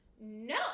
no